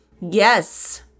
Yes